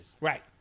Right